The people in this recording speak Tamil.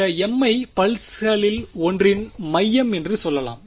இந்த m ஐ பல்சகளில் ஒன்றின் மையம் என்று சொல்லலாம்